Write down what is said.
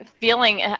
feeling